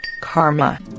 karma